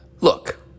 Look